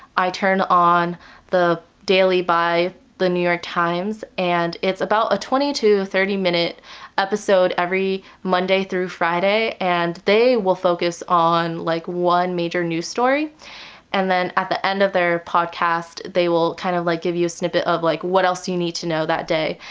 i turn on the daily by the new york times and it's about a twenty thirty minute episode every monday through friday and they will focus on like one major news story and at the end of their podcast, they will kind of like give you snippets of like what else you need to know that day.